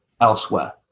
elsewhere